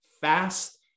fast